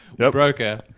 broker